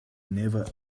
never